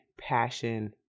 passion